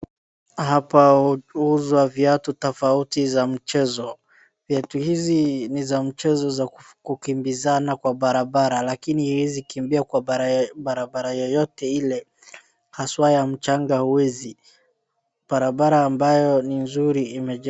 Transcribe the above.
Hapa huuzwa viatu tofauti za mchezo. Viatu hizi ni za mchezo za kukimbizana kwa barabara lakini haiwezi kimbia kwa barabara yoyote ile haswa ya mchanga huwezi. Barabara ambayo ni nzuri.